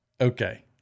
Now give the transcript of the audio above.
Okay